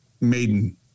Maiden